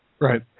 Right